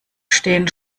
stehen